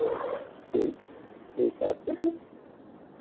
ठीक ठीक है रखते हैं